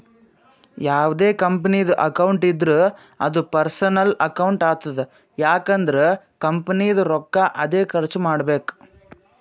ಯಾವ್ದೇ ಕಂಪನಿದು ಅಕೌಂಟ್ ಇದ್ದೂರ ಅದೂ ಪರ್ಸನಲ್ ಅಕೌಂಟ್ ಆತುದ್ ಯಾಕ್ ಅಂದುರ್ ಕಂಪನಿದು ರೊಕ್ಕಾ ಅದ್ಕೆ ಖರ್ಚ ಮಾಡ್ಬೇಕು